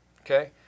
Okay